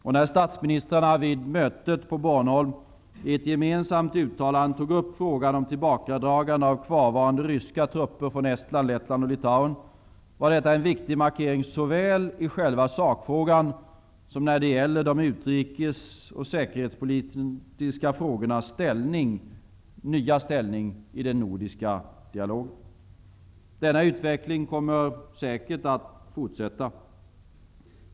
Och när statsministrarna vid mötet på Bornholm i ett gemensamt uttalande tog upp frågan om tillbakadragande av kvarvarande ryska trupper från Estland, Lettland och Litauen var detta en viktig markering, såväl i själva sakfrågan som när det gäller utrikes och säkerhetspolitiska frågornas nya ställning i den nordiska dialogen. Denna utveckling kommer säkert att fortsätta.